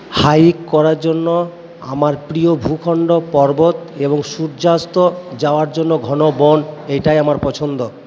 hike করার জন্য আমার প্রিয় ভূখন্ড পর্বত এবং সূর্যাস্ত যাওয়ার জন্য ঘন বন এইটাই আমার পছন্দ